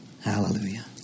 Hallelujah